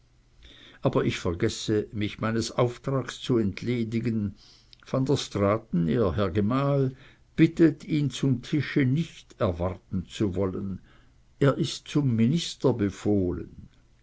aber ich vergesse mich meines auftrages zu entledigen van der straaten ihr herr gemahl bittet ihn zu tisch nicht erwarten zu wollen er ist zum minister befohlen